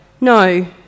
No